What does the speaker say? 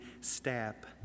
step